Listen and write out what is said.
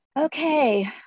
Okay